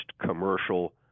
commercial